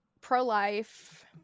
pro-life